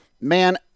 man